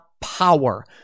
power